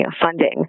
funding